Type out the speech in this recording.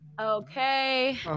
Okay